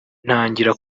ntangira